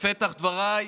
בפתח דבריי,